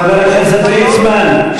חבר הכנסת ליצמן,